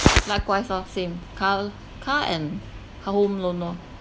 likewise orh same car l~ car and hou~ home loan orh